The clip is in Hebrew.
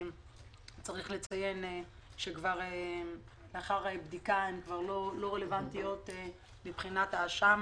צריך לציין שלאחר הבדיקה הן כבר לא רלוונטיות מבחינת האשם,